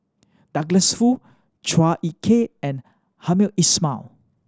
Douglas Foo Chua Ek Kay and Hamed Ismail